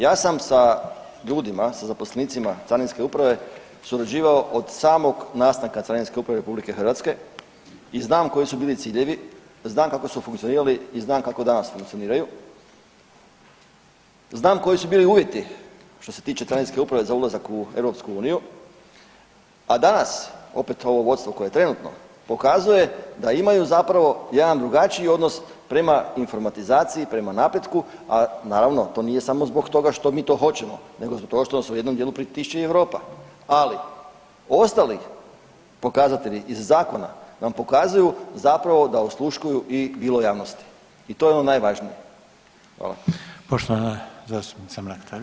Ja sam sa ljudima, sa zaposlenicima Carinske uprave surađivao od samog nastanka Carinske uprave RH i znam koji su bili ciljevi, znam kako su funkcionirali i znam kako danas funkcioniraju, znam koji su bili uvjeti što se tiče Carinske uprave za ulazak u EU, a danas opet ovo vodstvo koje je trenutno, pokazuje da imaju zapravo jedan drugačiji odnos prema informatizaciji, prema napretku, a naravno to nije samo zbog toga što mi to hoćemo, nego što nas u jednom dijelu pritišće i Europa, ali ostali pokazatelji iz zakona nam pokazuju zapravo da osluškuju i bilo javnosti i to je ono najvažnije.